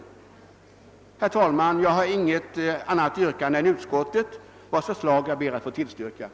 Herr talman! Jag har inget annat yrkande än utskottet, vars hemställan jag yrkar bifall till.